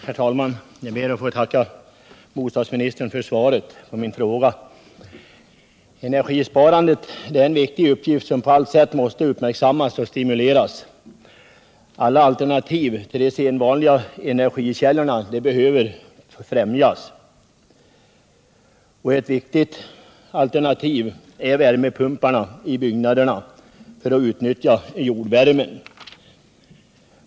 Herr talman! Jag ber att få tacka bostadsministern för svaret på min fråga. Energisparandet är en viktig fråga, som på allt sätt måste uppmärksammas och stimuleras. Alla alternativ till de sedvanliga energikällorna behöver främjas. Ett viktigt alternativ är värmepumparna till byggnader för att kunna utnyttja jordvärme.